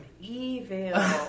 Evil